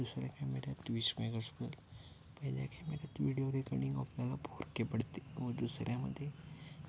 दुसऱ्या कॅमेऱ्यात वीस मेगा पिक्सल पहिल्या कॅमेऱ्यात व्हिडिओ रेकॉर्डिंग आपल्याला भोडके पडते व दुसऱ्यामध्ये